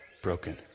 broken